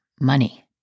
money